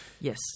Yes